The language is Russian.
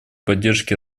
поддержки